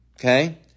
okay